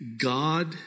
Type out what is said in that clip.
God